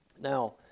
Now